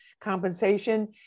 compensation